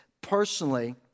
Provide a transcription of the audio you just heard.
Personally